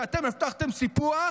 כשאתם הבטחתם סיפוח,